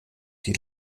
die